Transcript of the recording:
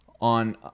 On